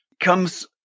comes